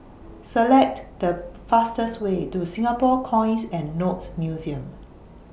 Select The fastest Way to Singapore Coins and Notes Museum